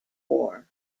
war